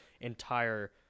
entire